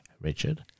Richard